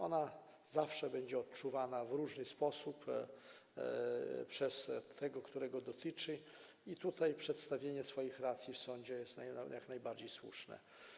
Ona zawsze będzie odczuwana w różny sposób przez tego, kogo dotyczy, i przedstawienie swoich racji w sądzie jest jak najbardziej słuszne.